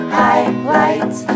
highlights